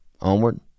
Onward